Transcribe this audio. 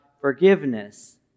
forgiveness